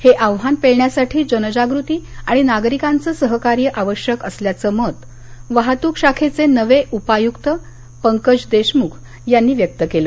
हे आव्हान पेलण्यासाठी जनजागृती आणि नागरिकांचं सहकार्य आवश्यहक असल्याचं मत वाहतूक शाखेचे नवे उपायूक्त पंकज देशमुख यांनी व्यक्त केलं